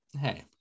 Hey